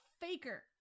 faker